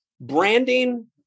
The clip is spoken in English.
branding